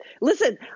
listen